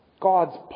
God's